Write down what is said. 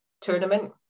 tournament